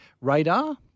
radar